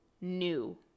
new